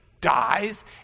dies